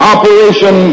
Operation